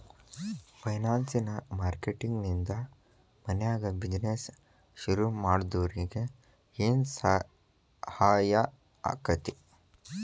ಫೈನಾನ್ಸಿಯ marketing ನಿಂದಾ ಮನ್ಯಾಗ್ business ಶುರುಮಾಡ್ದೊರಿಗೆ ಏನ್ಸಹಾಯಾಕ್ಕಾತಿ?